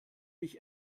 mich